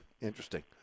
Interesting